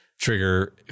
trigger